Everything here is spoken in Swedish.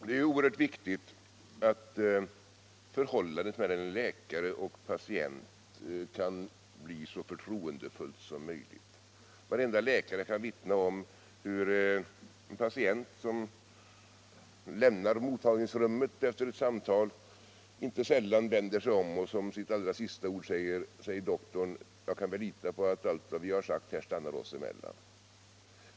Det är oerhört viktigt att förhållandet mellan läkare och patient kan bli så förtroendefullt som möjligt. Varenda läkare kan vittna om hur en patient som lämnar mottagningsrummet efter ett samtal inte sällan vänder sig om och allra sist säger: Säg, doktorn, jag kan väl lita på att allt vad vi har sagt här stannar oss emellan?